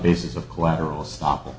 basis of collateral stop